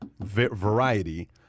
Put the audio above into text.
variety